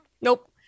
Nope